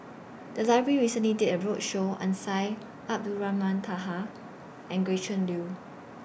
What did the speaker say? The Library recently did A roadshow on Syed Abdulrahman Taha and Gretchen Liu